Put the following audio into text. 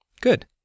good